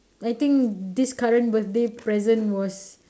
I think this current birthday present was